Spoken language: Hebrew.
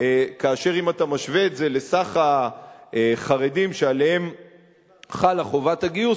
כאשר אם אתה משווה את זה לסך החרדים שעליהם חלה חובת הגיוס,